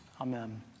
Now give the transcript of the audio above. amen